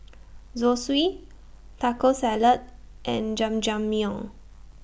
Zosui Taco Salad and Jajangmyeon